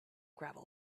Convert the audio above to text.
gravel